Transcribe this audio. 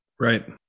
Right